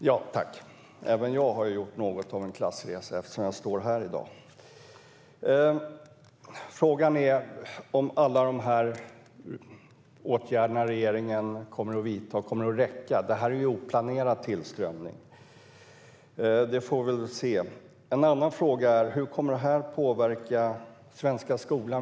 Fru talman! Även jag har gjort en klassresa eftersom jag står här i dag. Kommer alla de åtgärder regeringen vidtar att räcka? Det här är oplanerad tillströmning. Det får vi väl se. Hur kommer detta att påverka den svenska skolan?